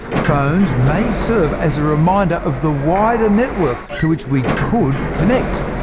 phones may serve as a reminder of the wider network to which we could connect,